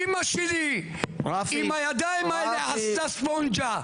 אמא שלי עם הידיים האלה עשתה ספונג'ה.